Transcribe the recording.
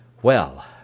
Well